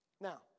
Now